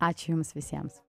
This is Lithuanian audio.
ačiū jums visiems